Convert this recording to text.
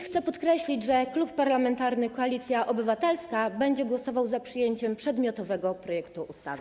Chcę podkreślić, że Klub Parlamentarny Koalicja Obywatelska będzie głosował za przyjęciem przedmiotowego projektu ustawy.